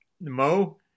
Mo